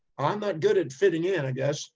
i'm not good at fitting in i guess,